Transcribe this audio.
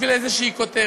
בשביל איזו כותרת.